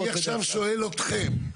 אני עכשיו שואל אתכם,